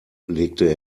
legte